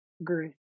agree